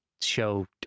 show